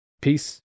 Peace